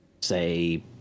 say